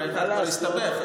הרי אחד כבר הסתבך,